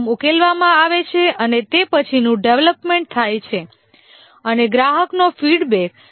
જોખમ ઉકેલવામાં આવે છે અને તે પછીનું ડેવલપમેન્ટ થાય છે અને ગ્રાહકનો ફીડબેક